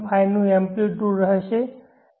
5 નું એમ્પ્લીટયુડ હશે